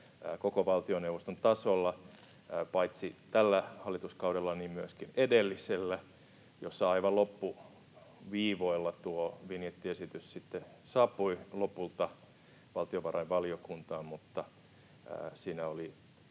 koko valtioneuvoston tasolla paitsi tällä hallituskaudella myöskin edellisellä, jolloin aivan loppuviivoilla tuo vinjettiesitys sitten saapui lopulta valtiovarainvaliokuntaan, mutta siinä oli